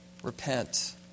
Repent